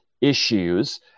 issues